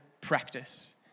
practice